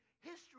History